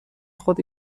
خود